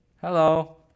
Hello